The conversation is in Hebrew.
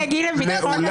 די, די.